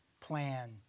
plan